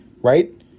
Right